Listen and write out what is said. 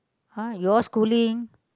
!huh! you all schooling